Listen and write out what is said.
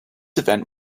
event